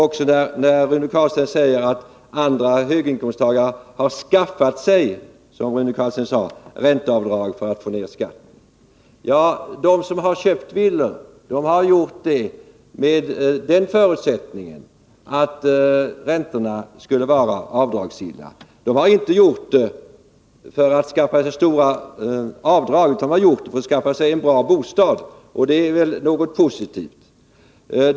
Detsamma gäller det Rune Carlstein sadeom att andra höginkomsttagare har skaffat sig ränteavdrag för att få ned skatten. De som har köpt villor har gjort det under förutsättning att räntorna skulle vara avdragsgilla. De har inte gjort det för att skaffa sig stora avdrag, utan de har gjort det för att skaffa sig en bra bostad, och det är väl något positivt.